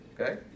okay